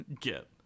get